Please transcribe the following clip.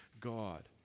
God